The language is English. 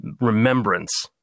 remembrance